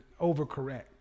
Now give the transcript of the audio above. overcorrect